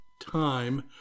time